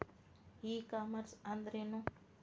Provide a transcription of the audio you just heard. E commerce ಅಂದ್ರೇನು?